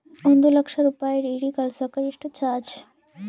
ಒಂದು ಲಕ್ಷ ರೂಪಾಯಿ ಡಿ.ಡಿ ಕಳಸಾಕ ಎಷ್ಟು ಚಾರ್ಜ್?